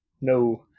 No